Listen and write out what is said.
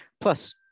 Plus